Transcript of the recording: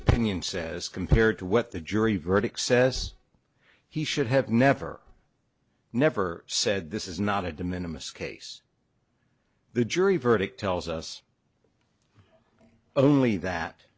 opinion says compared to what the jury verdict says he should have never never said this is not a de minimus case the jury verdict tells us only that